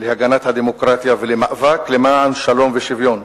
להגנת הדמוקרטיה ולמאבק למען שלום ושוויון.